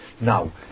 Now